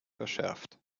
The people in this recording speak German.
verschärft